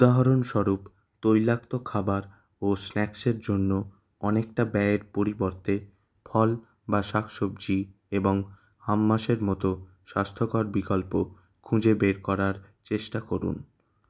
উদাহরণস্বরূপ তৈলাক্ত খাবার ও স্ন্যাক্সের জন্য অনেকটা ব্যয়ের পরিবর্তে ফল বা শাকসবজি এবং হাম্মাসের মতো স্বাস্থ্যকর বিকল্প খুঁজে বের করার চেষ্টা করুন